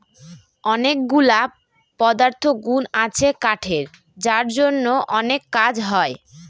অনেকগুলা পদার্থগুন আছে কাঠের যার জন্য অনেক কাজ হয়